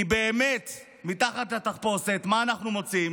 כי למען האמת, מה אנחנו מוצאים